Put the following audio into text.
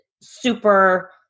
super